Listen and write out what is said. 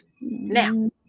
Now